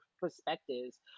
perspectives